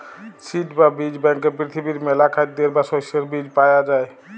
seed বা বীজ ব্যাংকে পৃথিবীর মেলা খাদ্যের বা শস্যের বীজ পায়া যাই